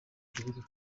igihugu